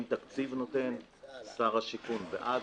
והוא נותן תקציב; שר הבינוי והשיכון בעד,